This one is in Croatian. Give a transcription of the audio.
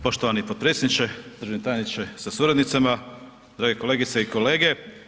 Poštovani potpredsjedniče, državni tajniče sa suradnicama, drage kolegice i kolege.